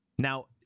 Now